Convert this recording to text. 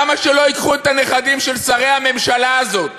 למה שלא ייקחו את הנכדים של שרי הממשלה הזאת,